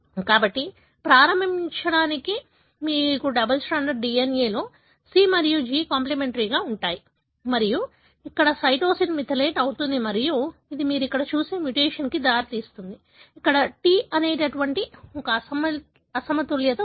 కాబట్టి ప్రారంభించడానికి మీకు డబుల్ స్ట్రాండెడ్ DNA లో C మరియు G కాంప్లిమెంటరీగా ఉంటాయి మరియు ఇక్కడ సైటోసిన్ మిథైలేట్ అవుతుంది మరియు ఇది మీరు ఇక్కడ చూసే మ్యుటేషన్కు దారితీస్తుంది ఇక్కడ T ఒక అసమతుల్యత ఉంది